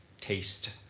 taste